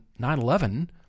911